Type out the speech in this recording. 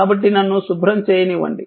కాబట్టి నన్ను శుభ్రం చేయనివ్వండి